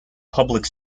public